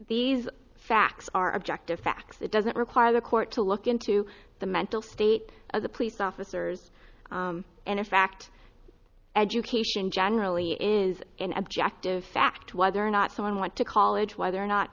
these facts are objective facts it doesn't require the court to look into the mental state of the police officers and in fact education generally is an objective fact whether or not so i want to college whether or not